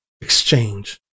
exchange